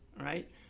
right